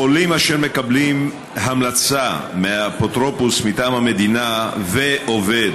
חולים אשר מקבלים המלצה מהאפוטרופוס מטעם המדינה ועובד